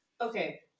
okay